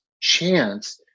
chance